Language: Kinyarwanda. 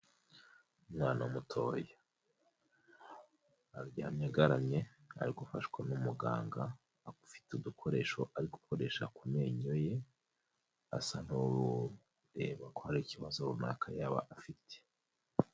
Umwana mutoya aryamye agaramye ari gufashwa n'umuganga ufite udukoresho ari gukoresha ku menyo ye asa n'ureba ko hari ikibazo runaka yaba afite.